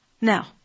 Now